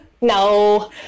No